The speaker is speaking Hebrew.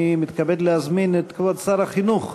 אני מתכבד להזמין את כבוד שר החינוך,